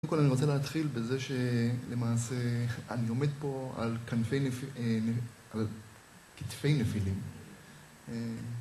קודם כל אני רוצה להתחיל בזה שלמעשה אני עומד פה על כתפי נפילים